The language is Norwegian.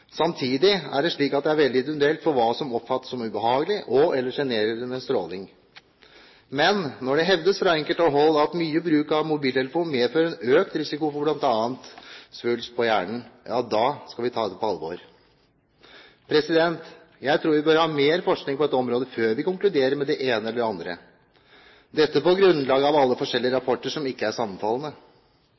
Samtidig er det slik at det er veldig individuelt hva som oppfattes som ubehagelig og/eller sjenerende stråling. Men når det hevdes fra enkelte hold at mye bruk av mobiltelefon medfører en økt risiko for bl.a. svulst på hjernen, ja da skal vi ta det på alvor. Jeg tror vi bør ha mer forskning på dette området før vi konkluderer med det ene eller det andre, dette på grunnlag av alle forskjellige rapporter som ikke er sammenfallende.